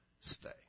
stay